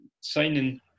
signing